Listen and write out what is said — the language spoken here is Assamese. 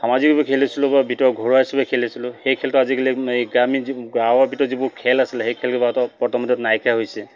সামাজিকভাৱে খেলিছিলোঁ বা ভিতৰত ঘৰুৱা হিচাপে খেলিছিলোঁ সেই খেলটো আজিকালি এই গ্ৰামীণ এই গাঁৱৰ ভিতৰত যিবোৰ খেল আছিলে সেই খেলবোৰতো বৰ্তমানত নাইকিয়া হৈছে